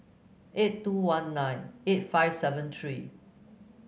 eight two one nine eight five seven three